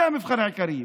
זה המבחן העיקרי: